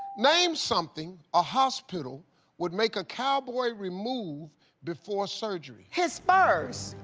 name something a hospital would make a cowboy remove before surgery. his spurs.